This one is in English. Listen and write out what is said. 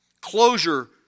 Closure